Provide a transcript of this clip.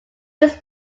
this